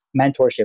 mentorship